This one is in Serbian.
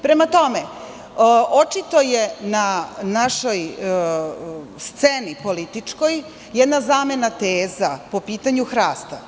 Prema tome, očito je na našoj političkoj sceni jedna zamena teza po pitanju hrasta.